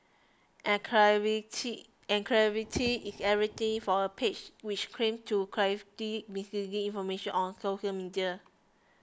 and credibility credibility is everything for a page which claims to clarify misleading information on social media